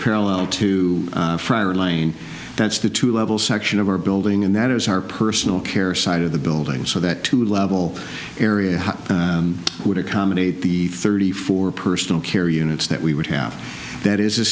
parallel to friar lane that's the two level section of our building and that is our personal care side of the building so that two level area would accommodate the thirty four personal care units that we would have that is a